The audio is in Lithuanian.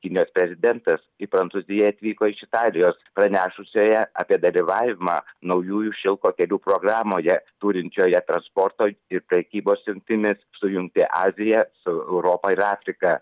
kinijos prezidentas į prancūziją atvyko iš italijos pranešusioje apie dalyvavimą naujųjų šilko kelių programoje turinčioje transporto ir prekybos jungtimis sujungti aziją su europa ir afrika